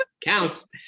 Counts